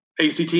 ACT